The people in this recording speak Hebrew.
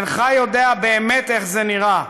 אינך יודע באמת איך זה נראה.